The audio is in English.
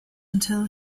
until